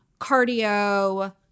cardio